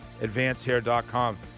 advancedhair.com